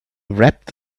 wrapped